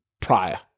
prior